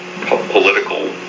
political